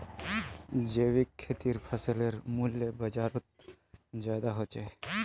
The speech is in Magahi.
जैविक खेतीर फसलेर मूल्य बजारोत ज्यादा होचे